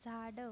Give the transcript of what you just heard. झाडं